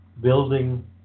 building